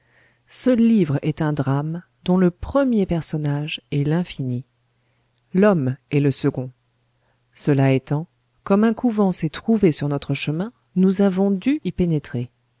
ce livre est un drame dont le premier personnage est l'infini l'homme est le second cela étant comme un couvent s'est trouvé sur notre chemin nous avons dû y pénétrer